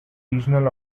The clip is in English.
regional